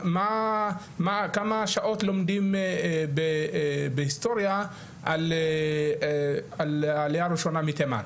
כמה שעות לומדים בהיסטוריה על העלייה הראשונה מתימן,